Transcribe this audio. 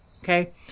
Okay